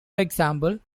example